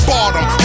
Bottom